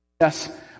yes